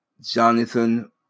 Jonathan